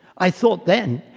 i thought then,